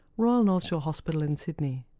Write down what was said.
royal north shore hospital in sydney.